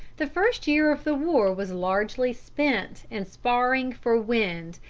the first year of the war was largely spent in sparring for wind,